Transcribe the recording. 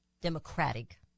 democratic